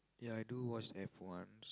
ya I do watch F-one